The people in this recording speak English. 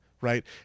right